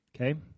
okay